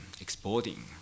exporting